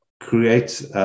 create